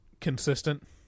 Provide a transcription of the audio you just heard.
consistent